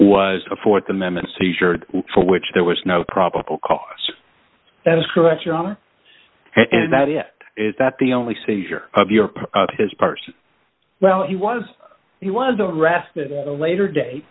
was a th amendment seizure for which there was no probable cause that is correct your honor and that it is that the only seizure of his part well he was he was arrested at a later date